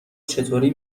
چطوری